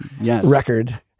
record